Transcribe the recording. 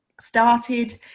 started